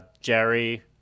jerry